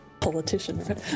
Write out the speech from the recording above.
politician